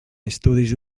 estudis